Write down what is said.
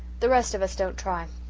the rest of us don't try.